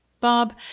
Bob